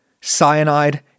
Cyanide